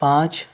پانچ